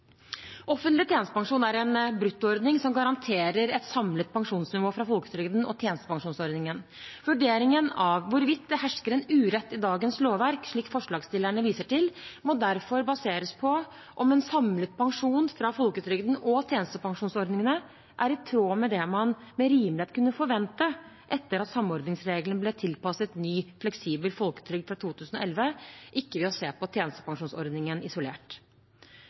Offentlig tjenestepensjon er en bruttoordning som garanterer et samlet pensjonsnivå fra folketrygden og tjenestepensjonsordningen. Vurderingen av hvorvidt det hersker en urett i dagens lovverk, slik forslagsstillerne viser til, må derfor baseres på om en samlet pensjon fra folketrygden og tjenestepensjonsordningene er i tråd med det man med rimelighet kunne forvente etter at samordningsreglene ble tilpasset ny fleksibel folketrygd fra 2011, ikke ved å se på tjenestepensjonsordningen isolert.